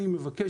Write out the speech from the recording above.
אני מבקש,